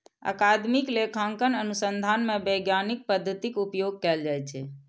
अकादमिक लेखांकन अनुसंधान मे वैज्ञानिक पद्धतिक उपयोग कैल जाइ छै